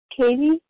Katie